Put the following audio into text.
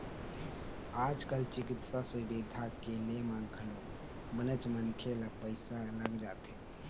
आज कल चिकित्सा सुबिधा के ले म घलोक बनेच मनखे ल पइसा लग जाथे